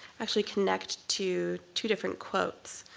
actually connect to two different quotes.